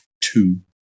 two